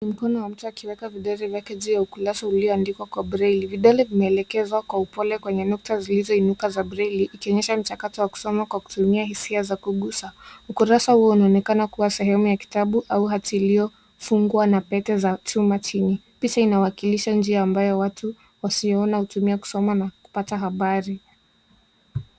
Ni mkono wa mtu akiweka vidole vyake mbele juu ya ukurasa ulioandikwa kwa breili. Vidole vimeelekezwa kwa upole kwenye nukta zilizoinuka kwa breili ikionyesha mchakato wa kusoma kwa kutumia hisia za kugusa. Ukurasa huu unaonekana kuwa sehemu ya kitabu au hati iliyofungwa na pete za chuma chini. Picha inawakilisha njia ambayo watu wasioona hutumia kusoma na kupata habari.